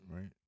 right